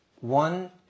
One